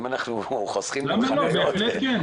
למה לא, בהחלט כן.